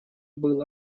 был